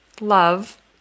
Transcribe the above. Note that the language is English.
love